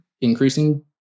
increasing